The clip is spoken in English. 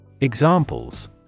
Examples